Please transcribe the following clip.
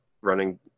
running